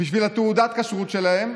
בשביל תעודת הכשרות שלהם,